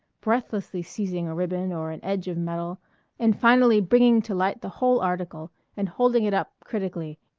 breathlessly seizing a ribbon or an edge of metal and finally bringing to light the whole article and holding it up critically,